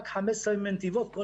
רק 15 הם מנתיבות.